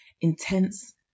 intense